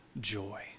joy